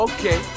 Okay